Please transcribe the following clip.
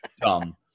dumb